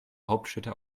hauptstädte